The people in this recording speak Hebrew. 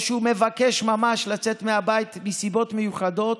או שהוא מבקש ממש לצאת מהבית מסיבות מיוחדות,